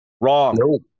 wrong